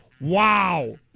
Wow